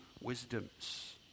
wisdoms